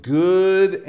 good